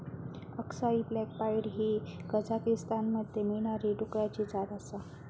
अक्साई black pied ही कझाकीस्तानमध्ये मिळणारी डुकराची जात आसा